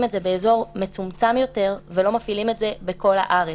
את זה באזור מצומצם יותר ולא מפעילים את זה בכל הארץ.